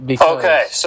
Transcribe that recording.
Okay